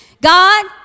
God